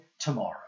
tomorrow